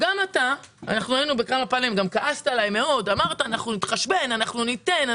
היינו בכמה פאנלים וכעסת עלי מאוד ואמרת שאנחנו נתחשבן ואנחנו ניתן.